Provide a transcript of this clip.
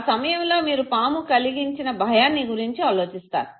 ఆ సమయంలో మీరు పాము కలిగించిన భయాన్నిగురించి ఆలోచిస్తారు